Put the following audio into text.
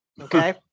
Okay